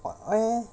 but why leh